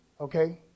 okay